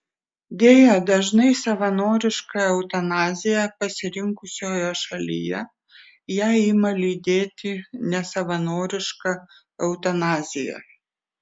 deja dažnai savanorišką eutanaziją pasirinkusioje šalyje ją ima lydėti nesavanoriška eutanazija